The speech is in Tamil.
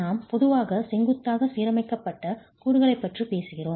நாம் பொதுவாக செங்குத்தாக சீரமைக்கப்பட்ட கூறுகளைப் பற்றி பேசுகிறோம்